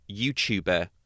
YouTuber